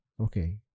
Okay